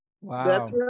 Wow